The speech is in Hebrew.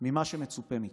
ממה שמצופה מכם.